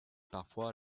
parfois